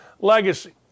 legacy